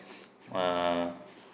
uh